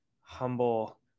humble